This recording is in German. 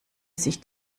sich